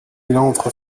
entre